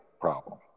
problem